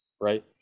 right